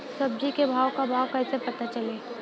सब्जी के भाव का बा कैसे पता चली?